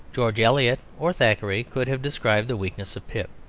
george eliot or thackeray could have described the weakness of pip.